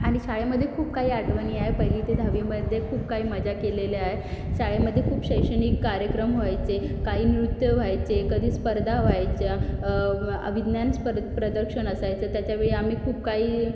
आणि शाळेमध्ये खूप काही आठवणी आहे पहिली ते दहावीमध्ये खूप काय मजा केलेल्या आहे शाळेमध्ये खूप शैक्षणिक कार्यक्रम व्हायचे काही नृत्य व्हायचे कधी स्पर्धा व्हायच्या विज्ञान स्पद प्रदर्शन असायचं त्याच्यावेळी आम्ही खूप काही